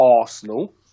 Arsenal